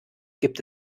gibt